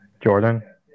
Jordan